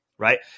Right